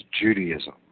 Judaism